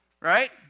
Right